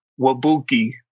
Wabuki